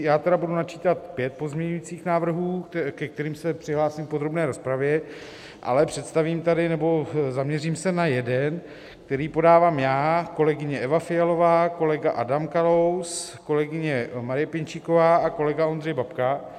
Já budu načítat pět pozměňovacích návrhů, ke kterým se přihlásím v podrobné rozpravě, ale představím tady, nebo zaměřím se na jeden, který podávám já, kolegyně Eva Fialová, kolega Adam Kalous, kolegyně Marie Pěnčíková a kolega Ondřej Babka.